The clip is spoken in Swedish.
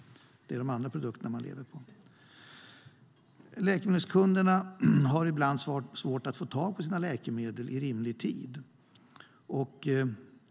Det är de andra produkterna som man lever på. Läkemedelskunderna har ibland svårt att få tag på sina läkemedel i rimlig tid.